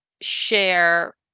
share